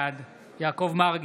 בעד יעקב מרגי,